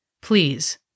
Please